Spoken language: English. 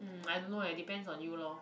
mm I don't know eh depends on you lor